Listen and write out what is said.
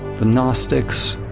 the gnostics